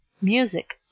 music